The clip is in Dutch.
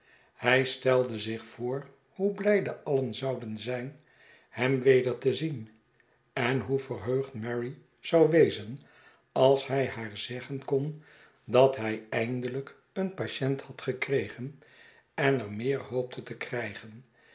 hij stelde zich voor hoe blijde alien zouden zijn hem weder te zien en hoe verheugd mary zou wezen als hij haar zeggen kon dat hij eindeujk een patient had gekregen en er meer hoopte te krijgen